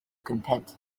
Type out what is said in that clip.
content